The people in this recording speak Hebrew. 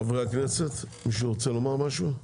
חברי הכנסת, מישהו רוצה לומר משהו?